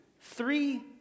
three